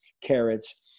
carrots